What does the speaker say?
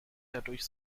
dadurch